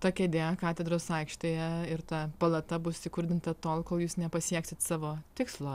ta kėdė katedros aikštėje ir ta palata bus įkurdinta tol kol jūs nepasieksit savo tikslo